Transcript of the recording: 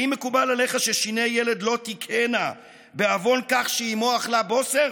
האם מקובל עליך ששיני ילד לא תקהינה בעוון כך שאימו אכלה בוסר?